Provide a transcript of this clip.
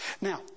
Now